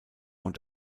und